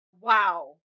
Wow